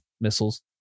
missiles